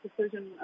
decision